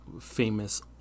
famous